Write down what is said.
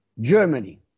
Germany